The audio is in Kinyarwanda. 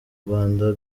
rwanda